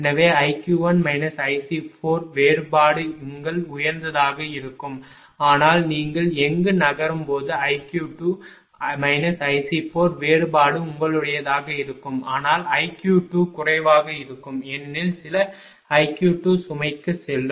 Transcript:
எனவே iq1 iC4வேறுபாடு உங்கள் உயர்ந்ததாக இருக்கும் ஆனால் நீங்கள் இங்கு நகரும் போது iq2 iC4 வேறுபாடு உங்களுடையதாக இருக்கும் ஆனால் iq2 குறைவாக இருக்கும் ஏனெனில் சில iq2 சுமைக்கு செல்லும்